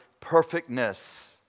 perfectness